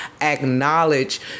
acknowledge